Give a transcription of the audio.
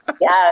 Yes